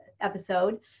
episode